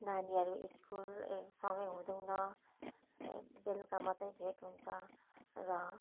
नानीहरू स्कुल ए सँगै हुँदैनौँ ए बेलुका मात्रै भेट हुन्छ र